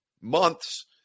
months